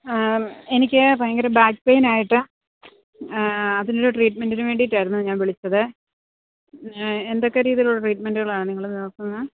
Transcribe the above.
എനിക്ക് ഭയങ്കര back pain ആയിട്ട് അതിനൊരു ട്രീറ്റ്മെൻറിനു വേണ്ടിയിട്ടായിരുന്നു ഞാൻ വിളിച്ചത് എന്തൊക്കെ രീതിയിലുള്ള ട്രീറ്റ്മെൻറുകളാണ് നിങ്ങൾ നോക്കുന്നത്